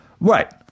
right